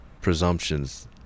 presumptions